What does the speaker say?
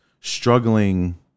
struggling